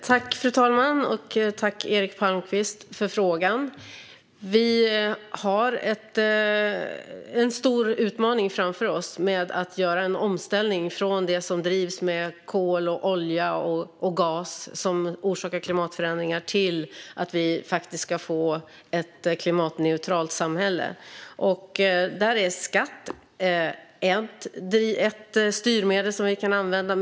Fru talman! Tack, Eric Palmqvist, för frågan! Vi har en stor utmaning framför oss med att göra en omställning från det som drivs med kol, olja och gas, som orsakar klimatförändringar, till att vi ska få ett klimatneutralt samhälle. Där är skatt ett styrmedel som vi kan använda.